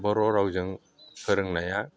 बर' रावजों फोरोंनाया